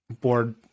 board